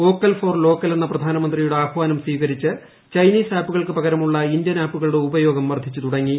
vocal for local എന്ന പ്രധാനമന്ത്രിയുടെ ആഹ്വാനം സ്വീകരിച്ച് ചൈനീസ് ആപ്പുകൾക്ക് പകരമുള്ള ഇന്ത്യൻ ആപ്പുകളുടെ ഉപയോഗം വർദ്ധിച്ചു തുടങ്ങി